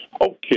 Okay